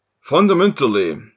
Fundamentally